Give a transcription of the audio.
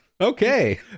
Okay